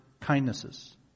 kindnesses